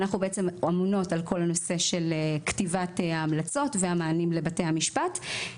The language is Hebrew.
אנחנו אמונות על כל הנושא של כתיבת המלצות ומענים לבתי המשפט.